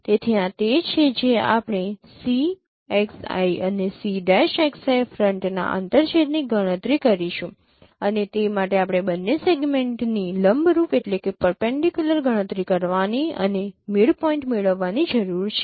તેથી આ તે છે જે આપણે Cxi અને C'xi ફ્રન્ટના આંતરછેદની ગણતરી કરીશું અને તે માટે આપણે બંને સેગમેન્ટની લંબરૂપ ગણતરી કરવાની અને મિડપોઇન્ટ મેળવવાની જરૂર છે